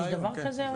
יש דבר כזה?